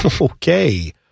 okay